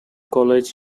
college